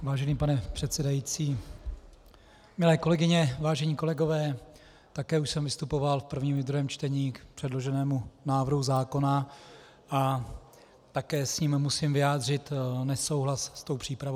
Vážený pane předsedající, milé kolegyně, vážení kolegové, také už jsem vystupoval v první i druhém čtení k předloženému návrhu zákona a také s ním musím vyjádřit nesouhlas, tedy s tou přípravou.